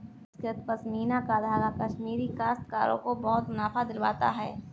परिष्कृत पशमीना का धागा कश्मीरी काश्तकारों को बहुत मुनाफा दिलवाता है